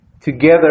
together